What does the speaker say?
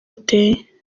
iteye